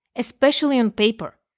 especially on paper,